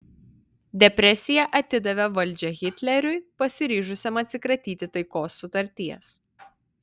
depresija atidavė valdžią hitleriui pasiryžusiam atsikratyti taikos sutarties